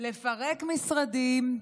לפרק משרדים,